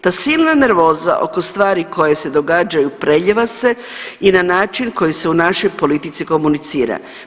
Ta silna nervoza oko stvari koje se događaju preljeva se i na način koji se u našoj politici komunicira.